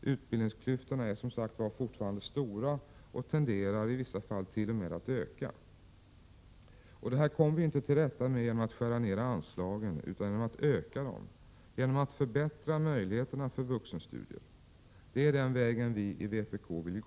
Utbildningsklyftorna är fortfarande stora och tenderar i vissa fallt.o.m. att öka. Detta kommer vi inte till rätta med genom att skära ner anslagen utan genom att öka dem och genom att förbättra möjligheterna till vuxenstudier. Det är den vägen vi i vpk vill gå.